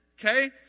okay